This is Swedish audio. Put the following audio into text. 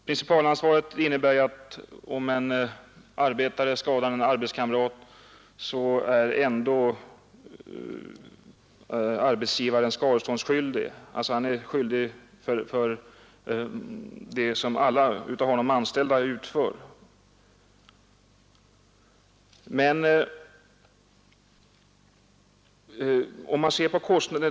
Principalansvaret innebär ju att arbetsgivaren är skadeståndsskyldig även i de fall där en arbetare skadar en arbetskamrat. Arbetsgivaren är alltså ansvarig för alla skador som hans anställda förorsakar.